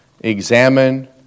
examine